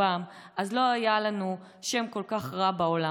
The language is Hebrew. אז לא היה לנו שם כל כך רע בעולם.